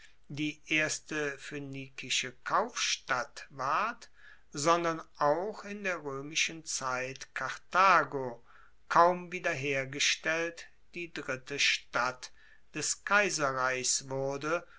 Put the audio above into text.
die erste phoenikische kaufstadt ward sondern auch in der roemischen zeit karthago kaum wiederhergestellt die dritte stadt des kaiserreichs wurde